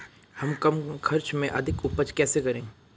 हम कम खर्च में अधिक उपज कैसे करें?